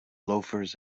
loafers